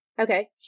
okay